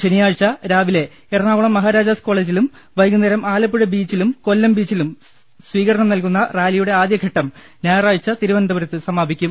ശനിയാഴ്ച രാവിലെ എറണാകുളം മഹാരാജാസ് കോളേജിലും വൈകുന്നേരം ആലപ്പുഴ ബീച്ചിലും കൊല്ലം ബീച്ചിലും സ്വീകരണം നൽകുന്ന റാലിയുടെ ആദ്യഘട്ടം ഞായറാഴച തിരുവനന്തപുരത്ത് സമാപിക്കും